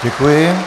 Děkuji.